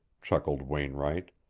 chuckled wainwright.